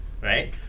right